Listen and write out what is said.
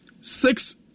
six